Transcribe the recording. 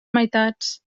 meitats